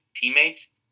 Teammates